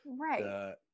Right